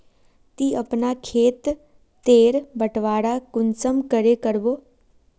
ती अपना खेत तेर बटवारा कुंसम करे करबो?